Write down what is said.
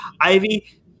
Ivy